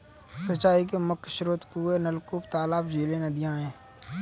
सिंचाई के मुख्य स्रोत कुएँ, नलकूप, तालाब, झीलें, नदियाँ हैं